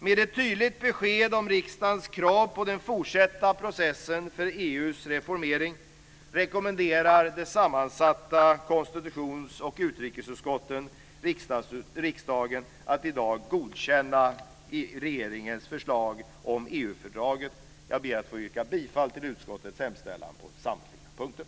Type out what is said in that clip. Med ett tydligt besked om riksdagens krav på den fortsatta processen för EU:s reformering rekommenderar det sammansatta konstitutions och utrikesutskottet riksdagen att i dag godkänna regeringens förslag om EU-fördraget. Jag yrkar bifall till utskottets förslag på samtliga punkter.